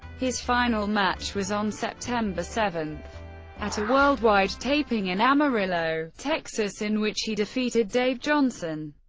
his final match was on september seven at a worldwide taping in amarillo, texas in which he defeated dave johnson.